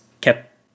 kept